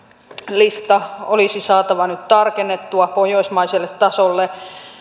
lista olisi saatava nyt tarkennettua pohjoismaiselle tasolle